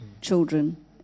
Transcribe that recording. children